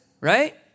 right